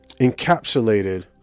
encapsulated